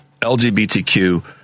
LGBTQ